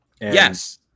Yes